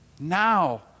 Now